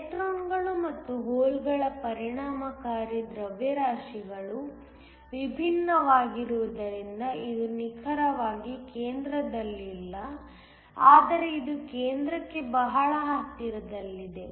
ಎಲೆಕ್ಟ್ರಾನ್ಗಳು ಮತ್ತು ಹೋಲ್ಗಳ ಪರಿಣಾಮಕಾರಿ ದ್ರವ್ಯರಾಶಿಗಳು ವಿಭಿನ್ನವಾಗಿರುವುದರಿಂದ ಇದು ನಿಖರವಾಗಿ ಕೇಂದ್ರದಲ್ಲಿಲ್ಲ ಆದರೆ ಇದು ಕೇಂದ್ರಕ್ಕೆ ಬಹಳ ಹತ್ತಿರದಲ್ಲಿದೆ